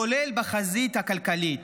כולל בחזית הכלכלית.